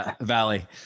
Valley